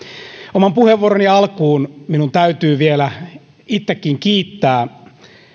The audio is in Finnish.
oman puheenvuoroni alkuun minun täytyy vielä itsekin kiittää